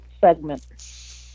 segment